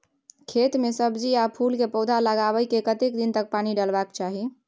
खेत मे सब्जी आ फूल के पौधा लगाबै के कतेक दिन तक पानी डालबाक चाही?